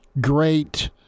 great